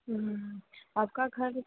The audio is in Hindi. हूँ हूँ हूँ आपका घर